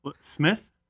Smith